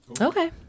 okay